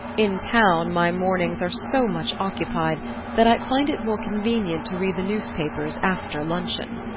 in town my mornings are so much occupied that i find it more convenient to read the newspapers after luncheon.